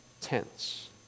tense